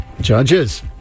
judges